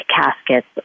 caskets